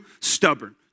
stubborn